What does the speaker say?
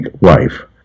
life